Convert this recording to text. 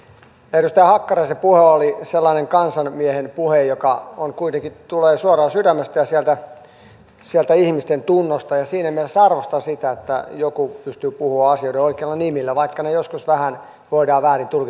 edustaja hakkaraisen puhe oli sellainen kansanmiehen puhe joka tulee suoraan sydämestä ja sieltä ihmisten tunnosta ja siinä mielessä arvostan sitä että joku pystyy puhumaan asioiden oikeilla nimillä vaikka ne joskus voidaan vähän väärin tulkitakin